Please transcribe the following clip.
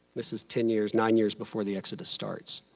this is ten years, nine years before the exodus starts.